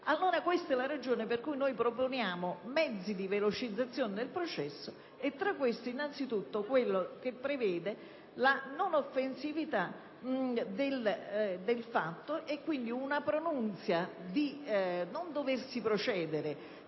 Questa è la ragione per la quale proponiamo mezzi di velocizzazione del processo e, tra questi, innanzitutto, quello che prevede la non offensività del fatto e quindi una pronunzia di non doversi procedere